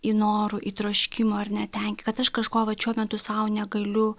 į norų į troškimų ar ne tenki kad aš kažko vat šiuo metu sau negaliu